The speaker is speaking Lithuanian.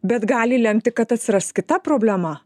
bet gali lemti kad atsiras kita problema